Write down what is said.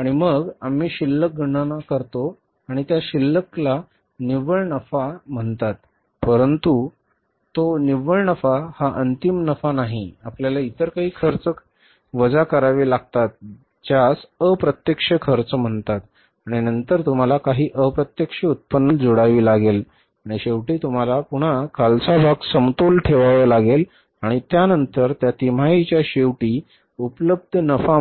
आणि मग आम्ही शिल्लक गणना करतो आणि त्या शिल्लकला निव्वळ नफा